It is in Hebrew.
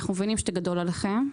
אנחנו מבינים שזה גדול עליכם,